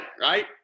right